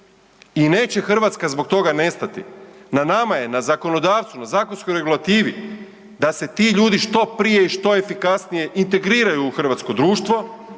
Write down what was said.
I neće Hrvatska zbog toga nestati. Na nama je na zakonodavstvu, na zakonskoj regulativi da se ti ljudi što prije i što efikasnije integriraju u hrvatsko društvo,